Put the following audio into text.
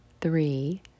three